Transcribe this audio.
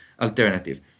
alternative